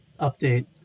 update